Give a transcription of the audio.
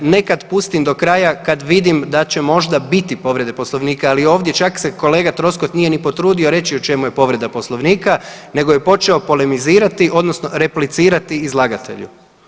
Nekad pustim do kraja kad vidim da će možda biti povrede Poslovnika, ali ovdje čak se kolega Troskot nije ni potrudio reći u čemu je povreda Poslovnika nego je počeo polemizirati odnosno replicirati izlagatelju.